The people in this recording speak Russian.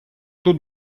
тут